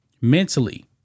Mentally